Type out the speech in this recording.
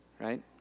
right